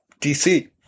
DC